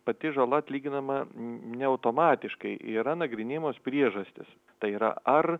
pati žala atlyginama ne automatiškai yra nagrinėjamos priežastys tai yra ar